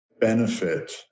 benefit